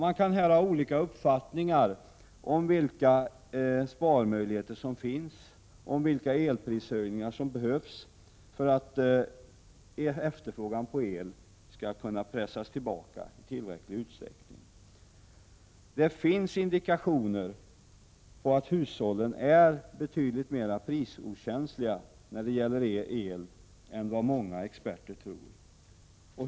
Man kan ha olika uppfattningar om vilka sparmöjligheter som finns och vilka elprishöjningar som behövs för att i tillräcklig utsträckning kunna hålla tillbaka efterfrågan på el. Det finns indikationer på att hushållen är betydligt mer prisokänsliga när det gäller el än många experter tror.